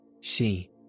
She